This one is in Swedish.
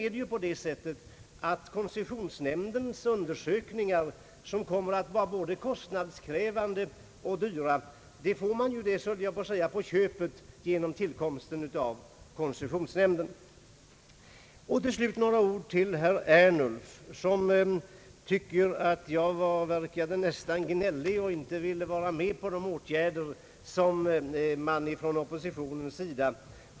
Vidare förhåller det sig så att koncessionsnämndens <undersökningar — som kommer att bli av ett mycket kostnadskrävande slag — får man så att säga på köpet genom tillkomsten av nämnden. Till slut vill jag säga några ord till herr Ernulf, som tyckte jag nästan verkade »gnällig» för att jag inte ville vara med om de åtgärder som föreslagits från oppositionens sida.